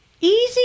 easy